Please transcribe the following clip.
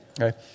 Okay